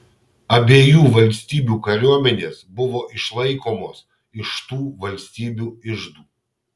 abiejų valstybių kariuomenės buvo išlaikomos iš tų valstybių iždų